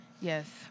Yes